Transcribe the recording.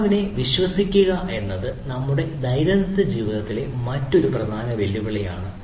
ദാതാവിനെ വിശ്വസിക്കുക എന്നത് നമ്മുടെ ദൈനംദിന ജീവിതത്തിലെ മറ്റൊരു വെല്ലുവിളിയാണ്